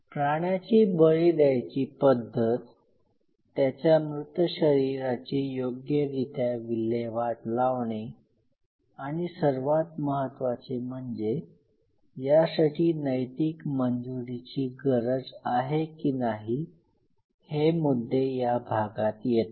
प्राण्याची बळी द्यायची पद्धत त्याच्या मृत शरीराची योग्यरीत्या विल्हेवाट लावणे आणि सर्वात महत्वाचे म्हणजे यासाठी नैतिक मंजुरीची गरज आहे की नाही हे मुद्दे या भागात येतात